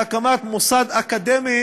להקמת מוסד אקדמי